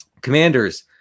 Commanders